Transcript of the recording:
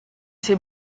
ses